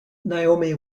naomi